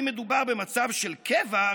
אם מדובר במצב של קבע,